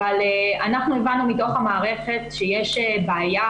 אבל אנחנו הבנו מתוך המערכת שיש בעיה